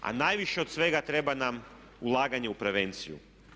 A najviše od svega treba nam ulaganje u prevenciju.